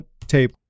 tape